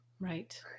Right